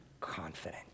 confident